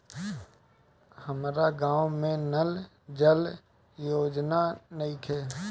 हमारा गाँव मे नल जल योजना नइखे?